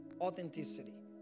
authenticity